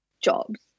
jobs